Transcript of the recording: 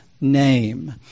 name